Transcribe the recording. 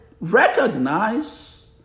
recognize